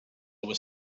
was